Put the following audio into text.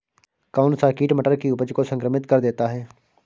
कौन सा कीट मटर की उपज को संक्रमित कर देता है?